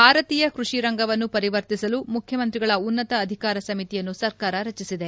ಭಾರತೀಯ ಕೃಷಿರಂಗವನ್ನು ಪರಿವರ್ತಿಸಲು ಮುಖ್ವಮಂತ್ರಿಗಳ ಉನ್ನತ ಅಧಿಕಾರ ಸಮಿತಿಯನ್ನು ಸರ್ಕಾರ ರಚಿಸಿದೆ